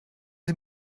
sie